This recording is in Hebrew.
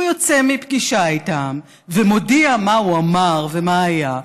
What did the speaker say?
הוא יוצא מפגישה איתם ומודיע מה הוא אמר ומה היה,